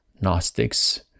Gnostics